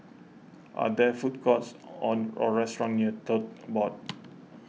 are there food courts on or restaurants near Tote Board